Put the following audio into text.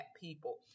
people